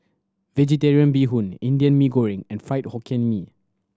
Vegetarian Bee Hoon Indian Mee Goreng and Fried Hokkien Mee